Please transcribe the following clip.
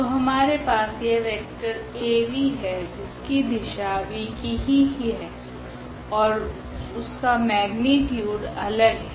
तो हमारे पास यह वेक्टर Av है जिसकी दिशा v की ही है ओर उनका मेगानीट्यूड अलग है